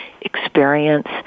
experience